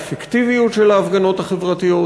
האפקטיביות של ההפגנות החברתיות,